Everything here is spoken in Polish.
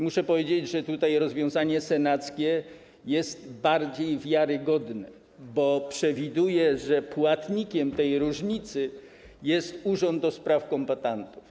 Muszę powiedzieć, że rozwiązanie senackie jest bardziej wiarygodne, bo przewiduje, że płatnikiem tej różnicy jest urząd ds. kombatantów.